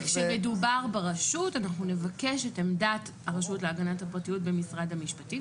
וכשמדובר ברשות אנחנו נבקש את עמדת הרשות להגנת הפרטיות במשרד המשפטים.